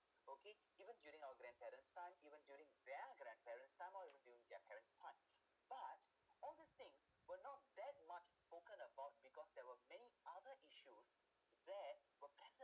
okay even during our grandparents time even during their grandparents time or even during their parents time but all these thing were not that much spoken about because there were many other issue that will present